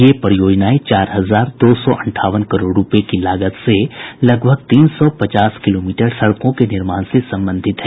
ये परियोजनाएं चार हजार दो सौ अंठावन करोड़ रुपये की लागत से लगभग तीन सौ पचास किलोमीटर सड़कों के निर्माण से संबंधित हैं